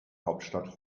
hauptstadt